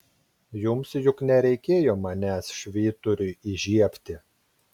jums juk nereikėjo manęs švyturiui įžiebti